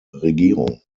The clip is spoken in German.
regierung